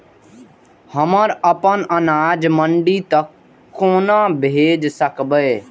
हम अपन अनाज मंडी तक कोना भेज सकबै?